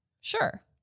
Sure